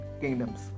kingdoms